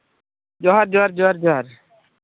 ᱡᱚᱦᱟᱨ ᱡᱚᱦᱟᱨ ᱡᱚᱦᱟᱨ ᱡᱚᱦᱟᱨ